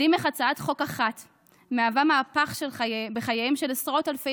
מדהים איך הצעת חוק אחת מהווה מהפך בחייהם של עשרות אלפי